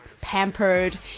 pampered